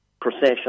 procession